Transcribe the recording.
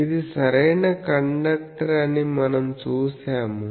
ఇది సరైన కండక్టర్ అని మనం చూశాము